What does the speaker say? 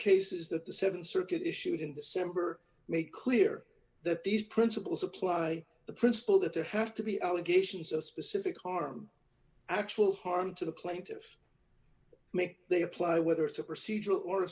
cases that the th circuit issued in the center made clear that these principles apply the principle that there have to be allegations of specific harm actual harm to the plaintiffs make they apply whether it's a procedural or